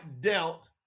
dealt